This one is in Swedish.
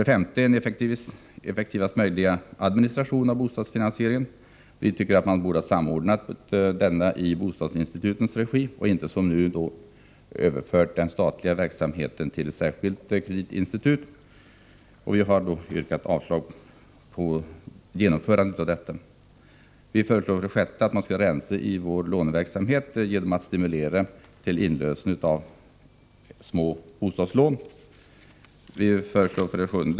Vi vill ha effektivaste möjliga administration av bostadsfinansieringen. Vi tycker att man borde ha samordnat denna i bostadsinstitutens regi och inte som nu överfört den statliga verksamheten till ett särskilt kreditinstitut. Vi har yrkat avslag beträffande genomförandet. 6. Vi föreslår att man skall rensa i låneverksamheten genom att stimulera till inlösen av små bostadslån. 7.